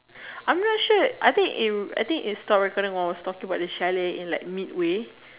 I'm not sure I think is I think is everybody was like talking about this chalet in like midway